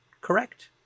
correct